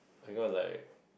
I got like